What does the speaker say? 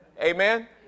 Amen